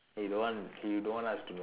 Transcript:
he don't want he don't want us to know